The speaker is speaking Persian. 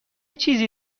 چیزی